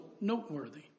noteworthy